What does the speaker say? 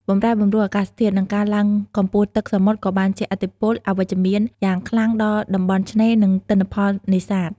បម្រែបម្រួលអាកាសធាតុ និងការឡើងកម្ពស់ទឹកសមុទ្រក៏បានជះឥទ្ធិពលអវិជ្ជមានយ៉ាងខ្លាំងដល់តំបន់ឆ្នេរ និងទិន្នផលនេសាទ។